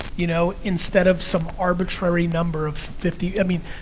you know, instead of some arbitrary number of fifty, i mean,